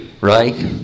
right